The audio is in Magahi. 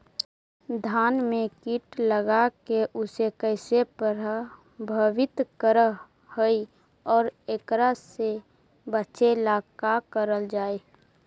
धान में कीट लगके उसे कैसे प्रभावित कर हई और एकरा से बचेला का करल जाए?